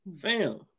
Fam